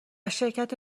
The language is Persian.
شرکت